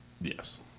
Yes